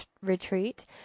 Retreat